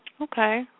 Okay